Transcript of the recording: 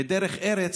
ודרך ארץ,